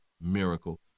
miracle